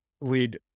lead